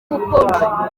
ubukonje